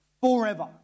Forever